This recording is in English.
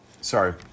Sorry